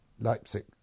Leipzig